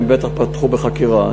הם בטח פתחו בחקירה.